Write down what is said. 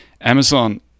Amazon